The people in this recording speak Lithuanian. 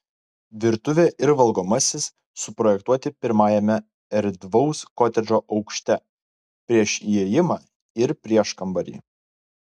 virtuvė ir valgomasis suprojektuoti pirmajame erdvaus kotedžo aukšte prieš įėjimą ir prieškambarį